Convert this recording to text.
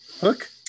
Hook